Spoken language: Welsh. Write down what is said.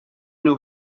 nhw